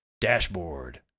Dashboard